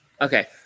okay